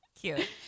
Cute